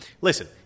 Listen